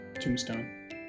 tombstone